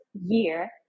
year